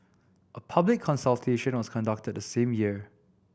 a public consultation was conducted the same year